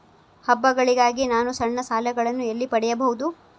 ಹಬ್ಬಗಳಿಗಾಗಿ ನಾನು ಸಣ್ಣ ಸಾಲಗಳನ್ನು ಎಲ್ಲಿ ಪಡೆಯಬಹುದು?